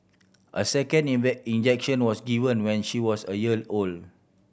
a second injection was given when she was a year old